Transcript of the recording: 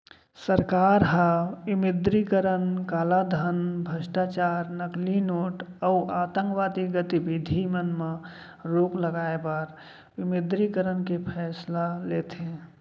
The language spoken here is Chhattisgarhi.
सरकार ह विमुद्रीकरन कालाधन, भस्टाचार, नकली नोट अउ आंतकवादी गतिबिधि मन म रोक लगाए बर विमुद्रीकरन के फैसला लेथे